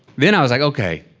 then i was like, okay,